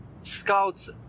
scouts